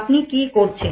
আপনি কি করছেন